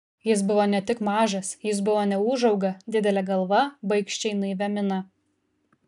jis buvo ne tik mažas jis buvo neūžauga didele galva baikščiai naivia mina